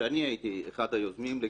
שאני הייתי אחד היוזמים שלה,